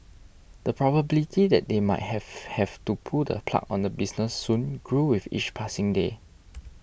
the probability that they might have have to pull the plug on the business soon grew with each passing day